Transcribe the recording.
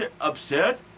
upset